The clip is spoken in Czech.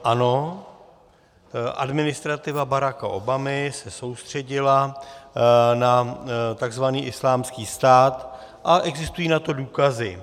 Ano, administrativa Baracka Obamy se soustředila na tzv. Islámský stát a existují na to důkazy.